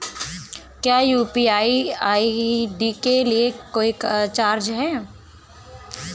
क्या UPI ID के लिए कोई चार्ज है?